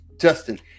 Justin